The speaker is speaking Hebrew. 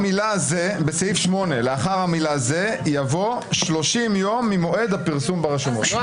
בסעיף 8 לאחר המילה "זה" יבוא "שלושים יום ממועד הפרסום ברשומות".